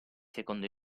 secondo